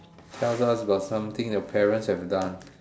tell us about something your parents have done